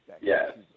Yes